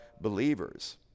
believers